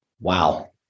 Wow